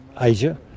Asia